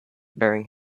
bearing